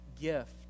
gift